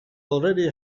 already